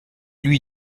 lui